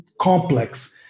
complex